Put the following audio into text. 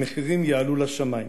המחירים יעלו לשמים.